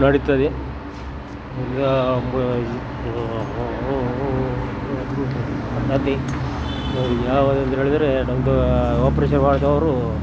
ನಡೀತದೆ ಮತ್ತು ಯಾವಾಗಂತ ಹೇಳಿದ್ರೆ ನನ್ನದು ಆಪ್ರೇಷನ್ ಆದವರು